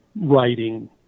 writing